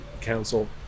council